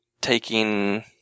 taking